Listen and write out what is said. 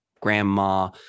Grandma